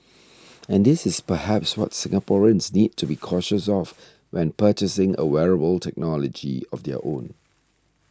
and this is perhaps what Singaporeans need to be cautious of when purchasing a wearable technology of their own